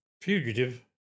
fugitive